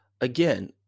Again